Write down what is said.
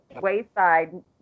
wayside